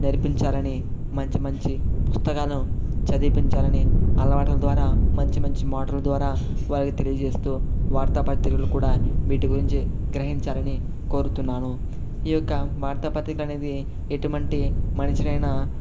నేర్పించాలని మంచి మంచి పుస్తకాలను చదివిపించాలని అలవాటుల ద్వారా మంచి మంచి మాటలు ద్వారా వారికి తెలియజేస్తూ వార్తా పత్రికలు కూడా వీటి గురించి గ్రహించాలని కోరుతున్నాను ఈ యొక్క వార్తాపత్రిక అనేది ఎటువంటి మనిషిని అయినా